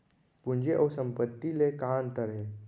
पूंजी अऊ संपत्ति ले का अंतर हे?